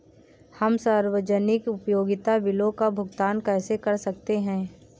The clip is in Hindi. हम सार्वजनिक उपयोगिता बिलों का भुगतान कैसे कर सकते हैं?